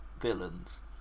villains